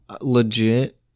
legit